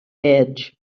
edge